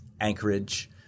Anchorage